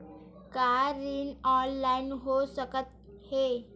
का ऋण ऑनलाइन हो सकत हे?